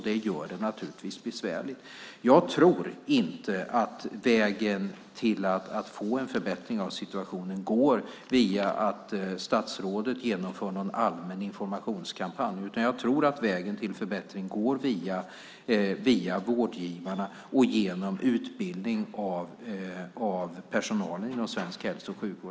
Det gör det naturligtvis besvärligt. Jag tror inte att vägen till att få en förbättring av situationen går via att statsrådet genomför någon allmän informationskampanj. Jag tror att vägen till förbättring går via vårdgivarna och genom utbildning av personalen inom svensk hälso och sjukvård.